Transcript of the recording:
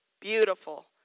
beautiful